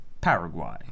Paraguay